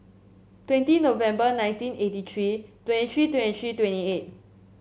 twenty November nineteen eighty tree twenty tree twenty tree twenty eight